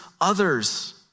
others